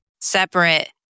separate